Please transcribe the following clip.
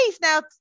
now